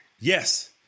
Yes